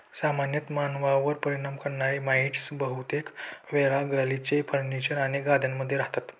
सामान्यतः मानवांवर परिणाम करणारे माइटस बहुतेक वेळा गालिचे, फर्निचर आणि गाद्यांमध्ये रहातात